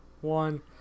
one